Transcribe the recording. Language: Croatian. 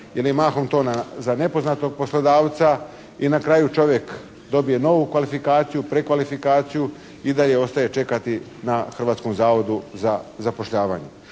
ili mahom to na za nepoznatog poslodavca i na kraju čovjek dobije novu kvalifikaciju, prekvalifikaciju i dalje ostaje čekati na Hrvatskom zavodu za zapošljavanje.